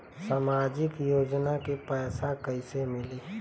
सामाजिक योजना के पैसा कइसे मिली?